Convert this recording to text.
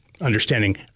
Understanding